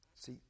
See